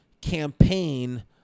campaign